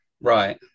Right